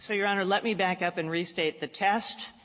so your honor, let me back up and restate the test,